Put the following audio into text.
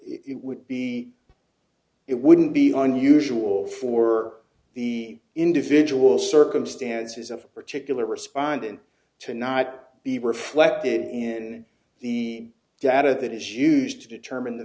it would be it wouldn't be unusual for the individual circumstances of a particular respondent to not be reflected in the data that is used to determine the